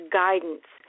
guidance